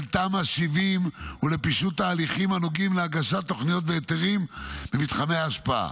תמ"א 70 ולפישוט הליכים הנוגעים להגשת תוכניות והיתרים במתחמי ההשפעה.